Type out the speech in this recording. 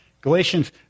Galatians